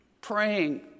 praying